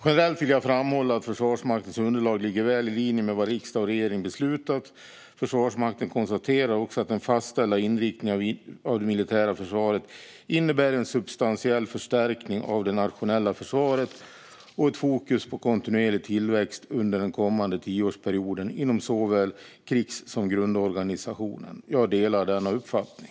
Generellt vill jag framhålla att Försvarsmaktens budgetunderlag ligger väl i linje med vad riksdagen och regeringen beslutat. Försvarsmakten konstaterar också att den fastställda inriktningen av det militära försvaret innebär en substantiell förstärkning av det nationella försvaret och ett fokus på kontinuerlig tillväxt under den kommande tioårsperioden inom såväl krigs som grundorganisationen. Jag delar denna uppfattning.